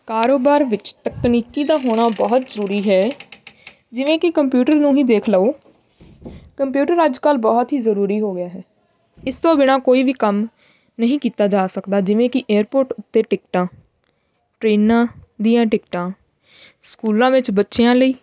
ਕਾਰੋਬਾਰ ਵਿੱਚ ਤਕਨੀਕੀ ਦਾ ਹੋਣਾ ਬਹੁਤ ਜ਼ਰੂਰੀ ਹੈ ਜਿਵੇਂ ਕਿ ਕੰਪਿਊਟਰ ਨੂੰ ਹੀ ਦੇਖ ਲਓ ਕੰਪਿਊਟਰ ਅੱਜ ਕੱਲ੍ਹ ਬਹੁਤ ਹੀ ਜ਼ਰੂਰੀ ਹੋ ਗਿਆ ਹੈ ਇਸ ਤੋਂ ਬਿਨਾਂ ਕੋਈ ਵੀ ਕੰਮ ਨਹੀਂ ਕੀਤਾ ਜਾ ਸਕਦਾ ਜਿਵੇਂ ਕਿ ਏਅਰਪੋਰਟ ਉੱਤੇ ਟਿਕਟਾਂ ਟਰੇਨਾਂ ਦੀਆਂ ਟਿਕਟਾਂ ਸਕੂਲਾਂ ਵਿੱਚ ਬੱਚਿਆਂ ਲਈ